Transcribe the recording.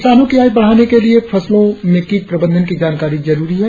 किसानों की आय बढ़ाने के लिए फसलों में कीट प्रबंधन की जानकारी जरुरी है